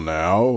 now